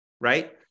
right